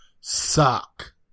suck